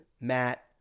Matt